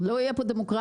לא יהיה פה דמוקרטיה,